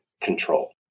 control